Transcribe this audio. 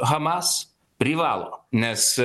hamas privalo nes